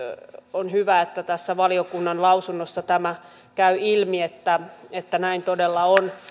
on hyvä että tässä valiokunnan lausunnossa tämä käy ilmi että että näin todella on